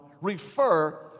refer